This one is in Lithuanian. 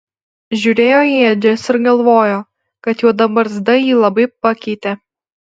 žiūrėjo į ėdžias ir galvojo kad juoda barzda jį labai pakeitė